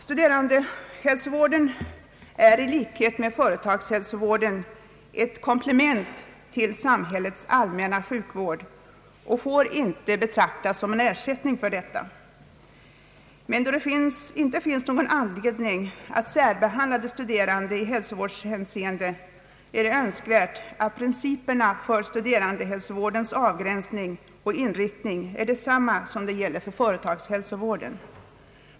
Studerandehälsovården är i likhet med företagshälsovården ett komplement till samhällets allmänna sjukvård och får inte betraktas som en ersättning för denna. Då det inte finns någon anledning att särbehandla de studerande i hälsovårdshänseende är det önskvärt att principerna för studerandehälsovårdens avgränsning och inriktning är desamma som de vilka gäller för företagshälsovården.